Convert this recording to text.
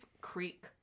Creek